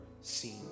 seen